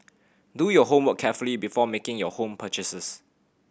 do your homework carefully before making your home purchases